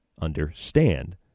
understand